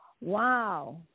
Wow